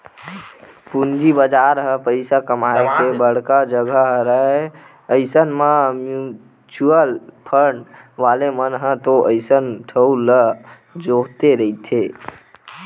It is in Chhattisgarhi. पूंजी बजार ह पइसा कमाए के बड़का जघा हरय अइसन म म्युचुअल फंड वाले मन ह तो अइसन ठउर ल जोहते रहिथे